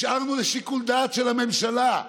השארנו לשיקול דעת של הממשלה.